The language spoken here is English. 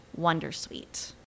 wondersuite